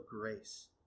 grace